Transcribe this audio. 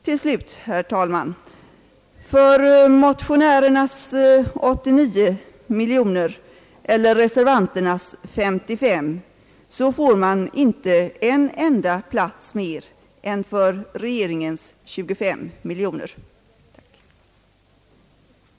Till slut, herr talman — för motionärernas 89 miljoner eller reservanternas 55 får man inte en enda plats mer än för regeringens 25 miljoner kronor!